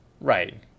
Right